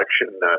election